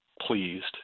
pleased